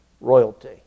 royalty